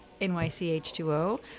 NYCH2O